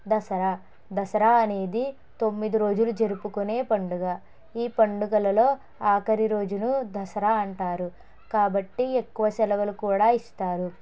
దసరా దసరా అనేది తొమ్మిది రోజులు జరుపుకునే పండుగ ఈ పండుగలలో ఆఖరి రోజును దసరా అంటారు కాబట్టి ఎక్కువ సెలవులు కూడా ఇస్తారు